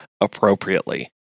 appropriately